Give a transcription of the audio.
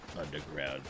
underground